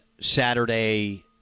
Saturday